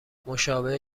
مشابه